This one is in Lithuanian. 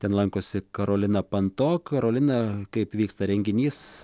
ten lankosi karolina panto karolina kaip vyksta renginys